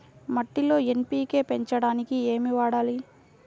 మట్టిలో ఎన్.పీ.కే పెంచడానికి ఏమి వాడాలి?